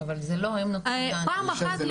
פעם אחת,